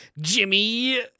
Jimmy